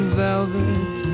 velvet